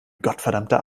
gottverdammter